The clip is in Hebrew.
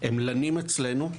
הם לנים אצלנו.